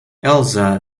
elsa